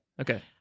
Okay